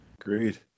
Agreed